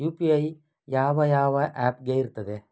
UPI ಯಾವ ಯಾವ app ಗೆ ಇರ್ತದೆ?